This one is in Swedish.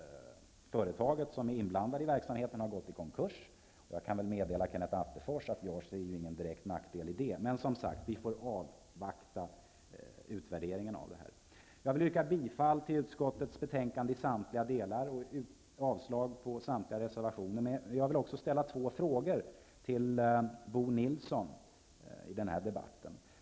Företaget som är inblandat i verksamheten har gått i konkurs. Jag kan meddela Kenneth Attefors att jag inte ser någon direkt nackdel i det. Men, som sagt, vi får avvakta utvärderingen av detta. Jag vill yrka bifall till utskottets hemställan i samtliga delar och avslag på samtliga reservationer. Men jag vill också ställa två frågor till Bo Nilsson i den här debatten.